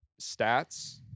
stats